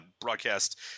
broadcast